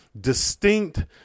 distinct